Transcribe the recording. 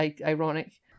ironic